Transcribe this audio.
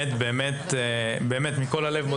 ולכל השותפים שיושבים פה, ואני מודה לכם מכל הלב.